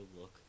look